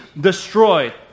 destroyed